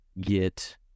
get